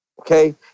Okay